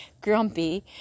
grumpy